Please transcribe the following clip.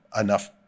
enough